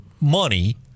money